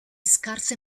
scarsa